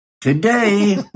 Today